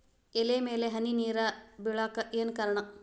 ಎಲೆ ಮ್ಯಾಲ್ ಹನಿ ನೇರ್ ಬಿಳಾಕ್ ಏನು ಕಾರಣ?